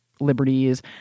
liberties